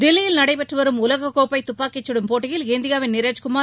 தில்லியில் நடைபெற்று வரும் உலக கோப்பை துப்பாக்கிச் கடும் போட்டியில் இந்தியாவின் நிரஜ் குணர்